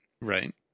Right